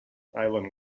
island